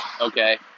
okay